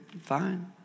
fine